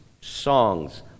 songs